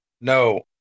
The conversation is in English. No